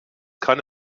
kann